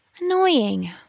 Annoying